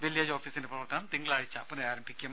village ഓഫിസിന്റെ പ്രവർത്തനം തിങ്കളാഴ്ച പുനരാരംഭിയ്ക്കും